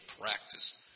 practice